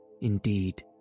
indeed